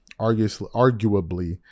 Arguably